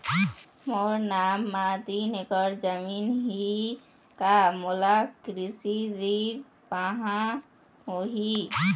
मोर नाम म तीन एकड़ जमीन ही का मोला कृषि ऋण पाहां होही?